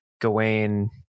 Gawain